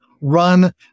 run